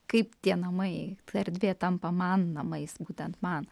kaip tie namai ta erdvė tampa man namais būtent man